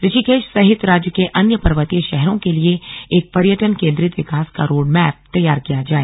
ऋषिकेश सहित राज्य के अन्य पर्वतीय शहरों के लिए एक पर्यटन केंद्रित विकास का रोडमैप तैयार किया जाए